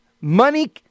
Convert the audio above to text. Money